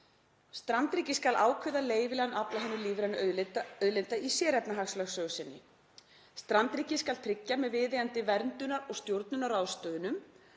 Strandríkið skal ákveða leyfilegan afla hinna lífrænu auðlinda í sérefnahagslögsögu sinni. 2. Strandríkið skal tryggja með viðeigandi verndunar- og stjórnunarráðstöfunum,